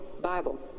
Bible